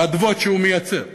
באדוות שהוא מייצר.